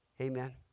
Amen